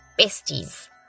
besties